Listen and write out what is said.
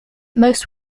most